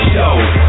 Show